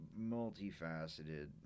Multifaceted